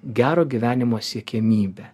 gero gyvenimo siekiamybę